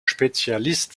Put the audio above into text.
spezialist